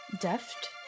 Deft